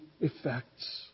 effects